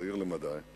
צעיר למדי.